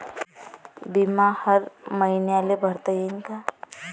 बिमा हर मईन्याले भरता येते का?